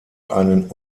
einen